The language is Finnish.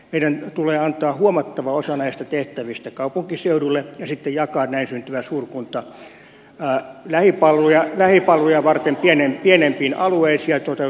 meidän tulee antaa huomattava osa näistä tehtävistä kaupunkiseudulle ja sitten jakaa näin syntyvä suurkunta lähipalveluja varten pienempiin alueisiin ja toteuttaa siellä radikaali uudistus